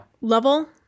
level